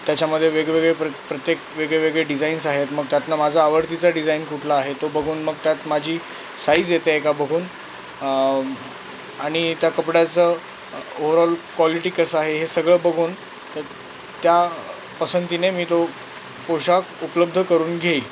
त्याच्यामध्ये वेगवेगळे प्रत्येक वेगळे वेगळे डिझाइन्स आहेत मग त्यातनं माझा आवडतीचा डिझाइन कुठला आहे तो बघून मग त्यात माझी साईज येते आहे का बघून आणि त्या कपड्याचं ओव्हरऑल क्वॉलिटी कसं आहे हे सगळं बघून तर त्या पसंतीने मी तो पोशाख उपलब्ध करून घेईन